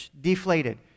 deflated